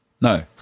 No